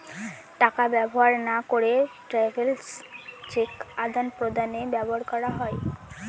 টাকা ব্যবহার না করে ট্রাভেলার্স চেক আদান প্রদানে ব্যবহার করা হয়